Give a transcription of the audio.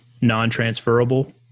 non-transferable